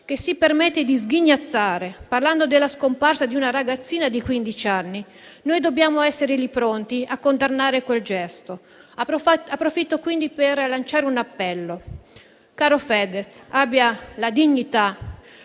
che si permette di sghignazzare parlando della scomparsa di una ragazzina di quindici anni, noi dobbiamo essere pronti a condannare quel gesto. Approfitto quindi per lanciare un appello: caro Fedez, abbia la dignità